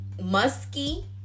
musky